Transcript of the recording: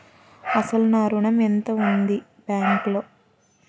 అసలు నా ఋణం ఎంతవుంది బ్యాంక్లో?